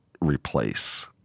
replace